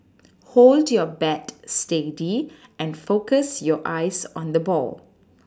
hold your bat steady and focus your eyes on the ball